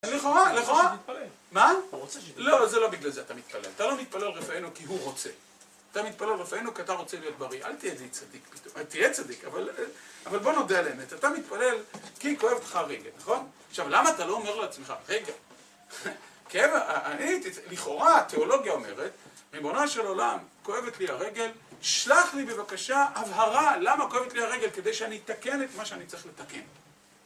אז לכאורה מתפלל. מה? הוא רוצה ש.. לא זה לא בגלל זה. אתה מתפלל. אתה לא מתפלל רפאנו כי הוא רוצה. אתה מתפלל רפאנו כי אתה רוצה להיות בריא אל תהיה איזה צדיק. תהיה צדיק אבל בוא נודה על האמת אתה מתפלל כי כואבת לך הרגל נכון? עכשיו למה אתה לא אומר לעצמך רגע, לכאורה התיאולוגיה אומרת ריבונו של עולם כואבת לי הרגל, שלח לי בבקשה הבהרה למה כואבת לי הרגל כדי שאני אתקן את מה שאני צריך לתקן.